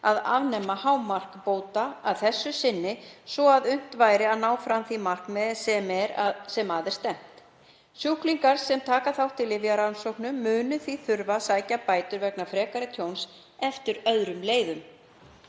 að afnema hámark bóta, að þessu sinni svo að unnt væri að ná fram því markmiði sem að er stefnt. Sjúklingar sem taka þátt í lyfjarannsóknum munu því þurfa að sækja bætur vegna frekara tjóns eftir öðrum leiðum.